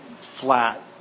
flat